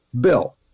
Bill